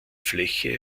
fläche